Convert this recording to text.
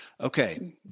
Okay